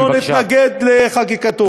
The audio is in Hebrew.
ואנחנו נתנגד לחקיקתו.